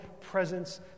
presence